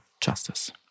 justice